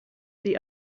the